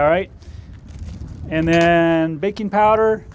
right and then baking powder